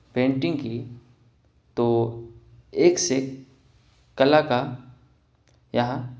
painting کی تو ایک سے کلا کا یہاں